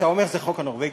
אתה אומר שזה חוק נורבגי,